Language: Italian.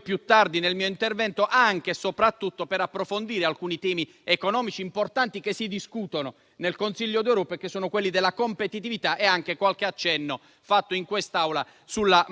più tardi nel mio intervento, anche e soprattutto per approfondire alcuni temi economici importanti che si discutono nel Consiglio d'Europa, che sono quelli della competitività, con qualche accenno fatto in quest'Aula sulla